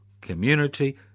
community